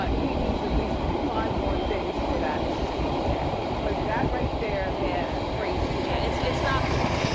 ah he needs at least five more things for that suit. yeah. cause that right there is crazy. yeah it's it's not cool,